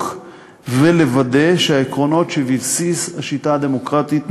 ולוודא שהעקרונות שבבסיס השיטה הדמוקרטית נשמרים.